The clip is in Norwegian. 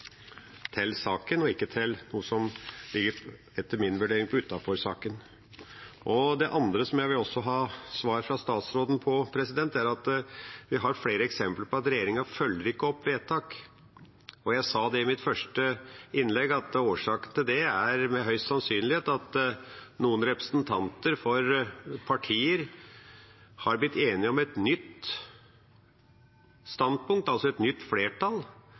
til saken og ikke til noe som ligger, etter min vurdering, utenfor saken. Det andre som jeg vil ha svar på fra statsråden, er: Vi har flere eksempler på at regjeringa ikke følger opp vedtak, og jeg sa i mitt første innlegg at årsaken til det med høy sannsynlighet er at noen representanter for partier har blitt enige om et nytt standpunkt, altså et nytt flertall,